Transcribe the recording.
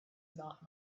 not